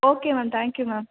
okay ma'am thank you ma'am